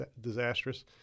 disastrous